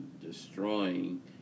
destroying